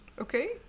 Okay